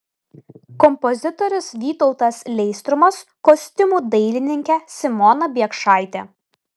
kompozitorius vytautas leistrumas kostiumų dailininkė simona biekšaitė